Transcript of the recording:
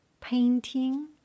painting